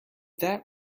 that